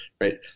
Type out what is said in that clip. right